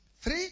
three